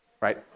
right